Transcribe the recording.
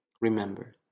Remember